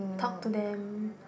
talk to them